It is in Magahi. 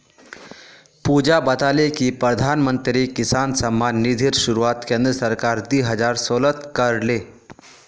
पुजा बताले कि प्रधानमंत्री किसान सम्मान निधिर शुरुआत केंद्र सरकार दी हजार सोलत कर ले